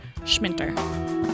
schminter